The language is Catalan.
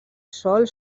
sol